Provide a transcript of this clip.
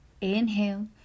Inhale